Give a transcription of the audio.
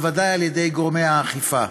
בוודאי על ידי גורמי האכיפה.